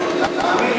בעד,